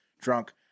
drunk